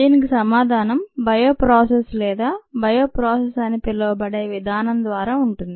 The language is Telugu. దీనికి సమాధానం బయో ప్రాసెస్ లేదా బయోప్రాసెస్ అని పిలవబడే విధానం ద్వారా ఉంటుంది